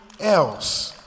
else